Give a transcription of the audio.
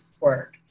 work